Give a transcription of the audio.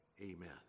Amen